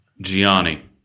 Gianni